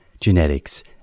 genetics